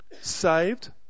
saved